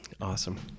Awesome